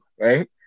right